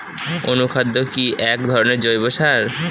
অনুখাদ্য কি এক ধরনের জৈব সার?